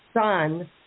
son